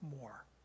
more